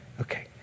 Okay